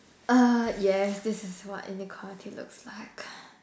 uh yes this is what inequality looks like